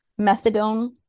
methadone